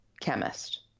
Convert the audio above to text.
chemist